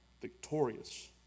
victorious